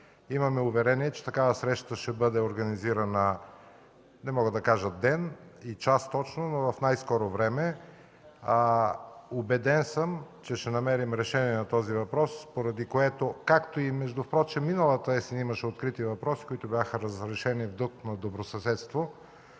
Имаме уверение, че такава среща ще бъде организирана, не мога да кажа ден и час точно, но в най-скоро време. Убеден съм, че ще намерим решение на този въпрос. Между впрочем и миналата есен имаше открити въпроси, които бяха разрешени в дух на добросъседство.